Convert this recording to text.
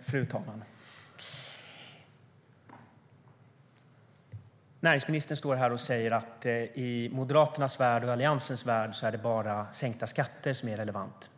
Fru talman! Näringsministern står här och säger att i Moderaternas och Alliansens värld är det bara sänkta skatter som är relevant.